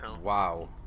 wow